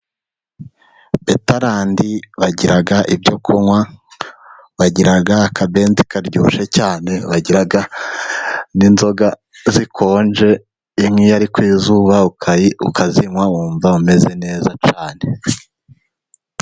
Betarandi bagira ibyo kunywa, bagira akabenzi karyoshye cyane, agira n' inzoga zikonje nkiyo ari ku izuba ukazinywa wumva umeze neza cyane.